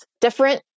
different